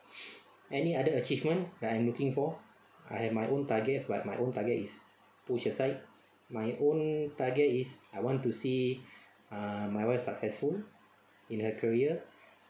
any other achievement that I am looking for I have my own targets but my own target is pushed aside my own target is I want to see ah my wife successful in her career